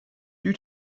due